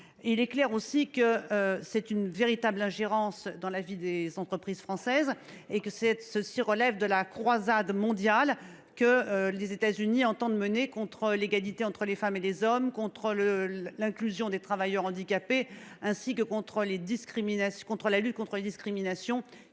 Il s’agit d’une véritable ingérence dans la vie des entreprises françaises. Elle relève de la croisade mondiale que les États Unis entendent mener contre l’égalité entre les femmes et les hommes, l’inclusion des travailleurs handicapés et la lutte contre les discriminations